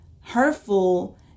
hurtful